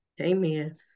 amen